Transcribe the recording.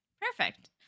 Perfect